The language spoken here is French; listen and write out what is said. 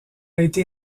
été